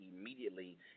immediately